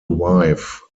wife